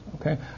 okay